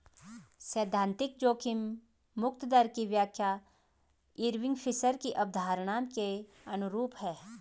सैद्धांतिक जोखिम मुक्त दर की व्याख्या इरविंग फिशर की अवधारणा के अनुरूप है